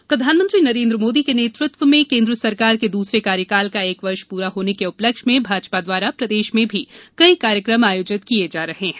आत्मनिर्भर भारत प्रधानमंत्री नरेंद्र मोदी के नेतृत्व में केन्द्र सरकार के दूसरे कार्यकाल का एक वर्ष प्ररा होने के उपलक्ष्य में भाजपा द्वारा प्रदेश में भी कई कार्यक्रम आयोजित किये जा रहे हैं